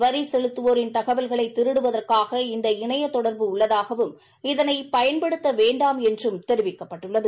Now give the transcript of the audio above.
வரி செலுதிவோரின் தகவல்களை திருடுவதற்காக இந்த இணைய தொடர்பு உள்ளதாகவும் இதனை பயன்படுத்த வேண்டாம் என்றும் தெரிவிக்கப்பட்டுள்ளது